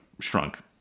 shrunk